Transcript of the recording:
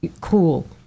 cool